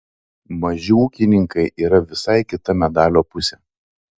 maži ūkininkai yra visai kita medalio pusė